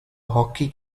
hockey